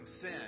sin